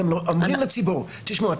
אתם אומרים לציבור: תשמעו,